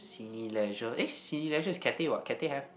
Cineleisure eh Cineleisure is Cathay what Cathay have